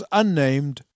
unnamed